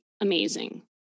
amazing